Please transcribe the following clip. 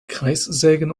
kreissägen